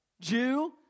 Jew